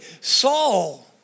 Saul